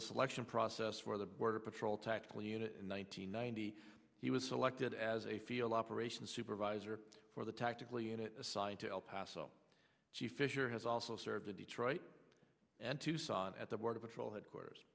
the selection process for the border patrol tactical unit in one nine hundred ninety he was selected as a feel operations supervisor for the tactical unit assigned to el paso g fisher has also served in detroit and tucson at the border patrol headquarters